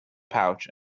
pouch